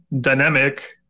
dynamic